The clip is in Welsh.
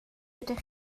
ydych